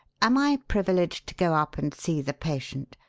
am i privileged to go up and see the patient?